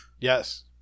yes